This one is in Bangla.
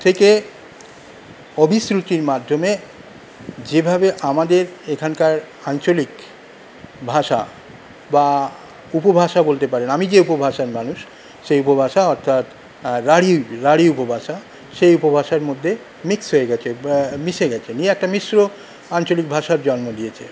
থেকে অভিশ্রুতির মাধ্যমে যেভাবে আমাদের এখানকার আঞ্চলিক ভাষা বা উপভাষা বলতে পারেন আমি যে উপভাষার মানুষ সেই উপভাষা অর্থাৎ রাঢ়ী রাঢ়ী উপভাষা সেই উপভাষার মধ্যে মিক্স হয়ে গেছে বা মিশে গেছে নিয়ে একটা মিশ্র আঞ্চলিক ভাষার জন্ম দিয়েছে